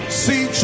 see